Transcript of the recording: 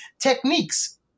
Techniques